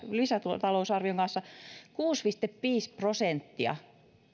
lisätalousarvion kanssa kuusi pilkku viisi prosenttia